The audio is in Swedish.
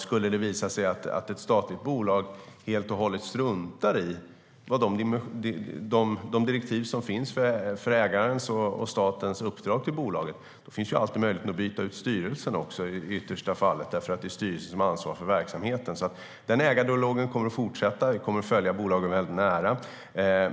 Skulle det visa sig att ett statligt bolag helt och hållet struntar i de direktiv som finns för ägarens och statens uppdrag finns ju alltid möjligheten att byta ut styrelsen i det yttersta fallet, eftersom det är styrelsen som har ansvar för verksamheten. Ägardialogen kommer att fortsätta, och vi kommer att följa bolagen väldigt nära.